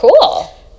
Cool